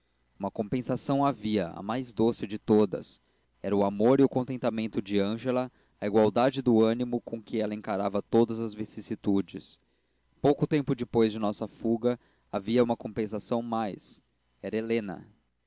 uma compensação havia a mais doce de todas era o amor e o contentamento de ângela a igualdade do ânimo com que ela encarava todas as vicissitudes pouco tempo depois da nossa fuga havia outra compensação mais era helena